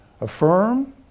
affirm